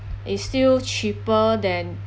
is still cheaper than